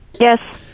Yes